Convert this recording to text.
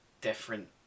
different